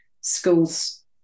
schools